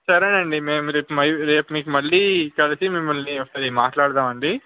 సరే అండి మేము రేపు మీకు మళ్ళీ కలిసి మిమ్మల్ని ఒకసారి మాట్లాడదాము అండి